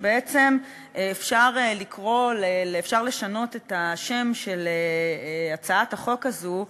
ובעצם אפשר לשנות את השם של הצעת החוק הזו,